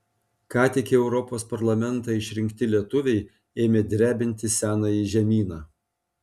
ką tik į europos parlamentą išrinkti lietuviai ėmė drebinti senąjį žemyną